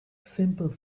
simple